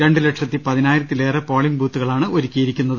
രണ്ടു ലക്ഷത്തി പതിനായിരത്തിലേറെ പോളിംഗ് ബൂത്തുകളാണ് ഒരു ക്കിയിരിക്കുന്നത്